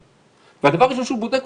הדבר הראשון שהוא בודק,